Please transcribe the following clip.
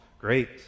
great